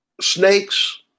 snakes